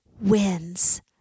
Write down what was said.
wins